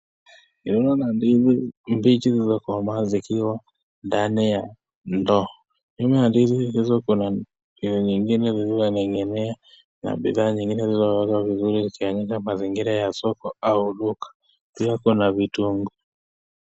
Ninaona ndizi mbichi zilizokomaa zikiwa ndani ya ndoo, nyuma ya ndizi hizo kuna vitu zingine zilizoning'inia na bidhaa zingine zilizowekwa vizuri ikionyesha mazingira ya soko au duka, pia kuna vitunguu.